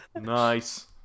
nice